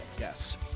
Yes